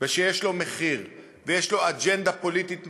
ושיש לו מחיר ויש לו אג'נדה פוליטית מסוימת,